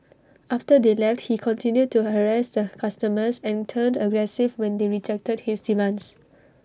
after they left he continued to harass the customers and turned aggressive when they rejected his demands